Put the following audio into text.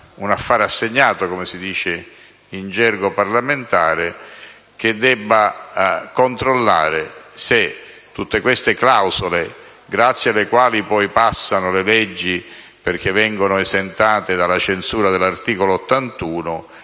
un affare assegnato, come si dice in gergo parlamentare, per controllare se tutte queste clausole grazie alle quali passano le leggi, perché vengono esentate dalla censura dell'articolo 81,